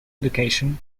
education